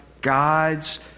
God's